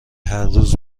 هرروز